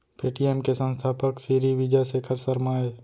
Paytm के संस्थापक सिरी विजय शेखर शर्मा अय